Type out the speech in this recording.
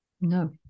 No